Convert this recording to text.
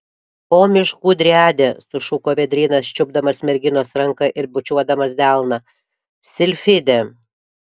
o miškų driade sušuko vėdrynas čiupdamas merginos ranką ir bučiuodamas delną silfide